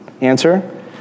Answer